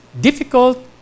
difficult